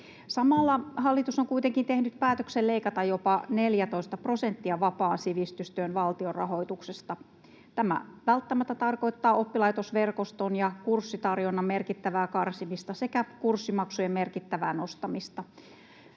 Samalla hallitus on kuitenkin tehnyt päätöksen leikata jopa 14 prosenttia vapaan sivistystyön valtionrahoituksesta. Tämä välttämättä tarkoittaa oppilaitosverkoston ja kurssitarjonnan merkittävää karsimista sekä kurssimaksujen merkittävää nostamista.